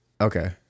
Okay